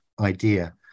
idea